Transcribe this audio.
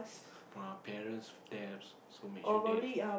my parents debts so make sure they